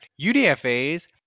UDFAs